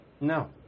no